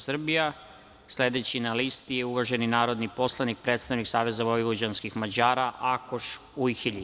Sledeći na listi je uvaženi narodni poslanik, predstavnik Saveza vojvođanskih Mađara, Akoš Ujhelji.